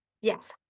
yes